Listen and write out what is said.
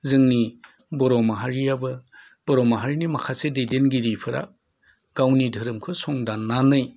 जोंनि बर' माहारियाबो बर' माहारिनि माखासे दैदेनगिरिफोरा गावनि धोरोमखो संदाननानै